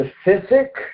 specific